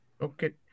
Okay